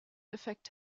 effekt